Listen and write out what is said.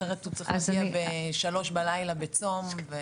אחרת הוא צריך להגיע בשלוש בלילה בצום.